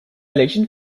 legend